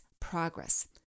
progress